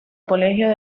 colegio